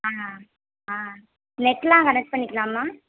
ஆ ஆ நெட்லாம் கனெக்ட் பண்ணிக்கலாமா